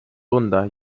tunda